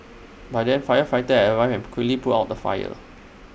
by then firefighters have arrived and quickly put out the fire